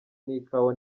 n’ikawa